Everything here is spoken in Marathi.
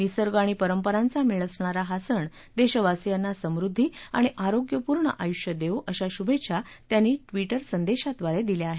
निसर्ग आणि परंपरांचा मेळ असणारा हा सण देशवासियांना समृद्धी आणि आरोय्यपूर्ण आयुष्य देवो अशा शुभेच्छा त्यांनी ट्विटर संदेशाद्वारे दिल्या आहेत